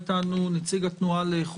על הרקע הזה,